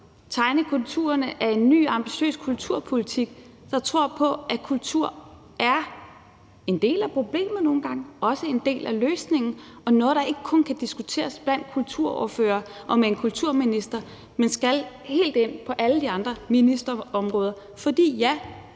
tegne konturerne af en ny, ambitiøs kulturpolitik, der tror på, at kultur er en del af problemet nogle gange og også en del af løsningen og noget, der ikke kun kan diskuteres blandt kulturordførere og med en kulturminister, men skal helt ind på alle de andre ministerområder. For ja,